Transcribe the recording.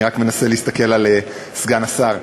אני רק מנסה להסתכל על סגן השר.